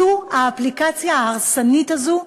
זו האפליקציה ההרסנית הזו,